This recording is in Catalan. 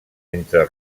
entre